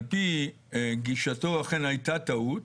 על פי גישתו אכן הייתה טעות,